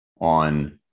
on